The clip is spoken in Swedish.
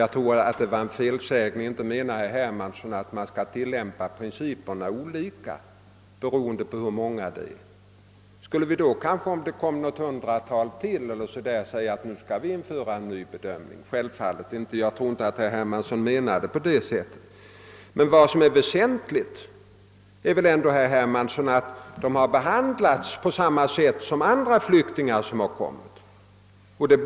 Jag tror det var en felsägning — inte menar väl herr Hermansson att vi skall tillämpa principerna olika beroende på hur många det gäller. Skulle vi, om det kommer ytterligare kanske ett hundratal, införa en ny bedömning? Självfallet inte! Jag tror inte att herr Hermansson menade detta. Det väsentliga är väl ändå att dessa flyktingar har behandlats på samma sätt som andra flyktingar som har kommit hit.